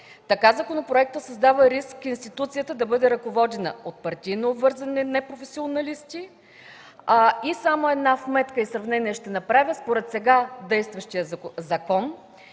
Така законопроектът създава риск институцията да бъде ръководена от партийно обвързани непрофесионалисти и само една вметка и сравнение ще направя – според сега действащият закон